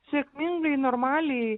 sėkmingai normaliai